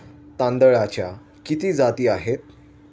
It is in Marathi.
तांदळाच्या किती जाती आहेत?